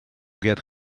get